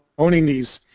owning these